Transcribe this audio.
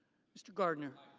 mr. gardner.